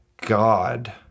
God